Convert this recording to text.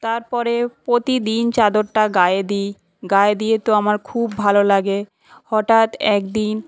তারপরে প্রতিদিন চাদরটা গায়ে দিই গায়ে দিয়ে তো আমার খুব ভালো লাগে হটাৎ একদিন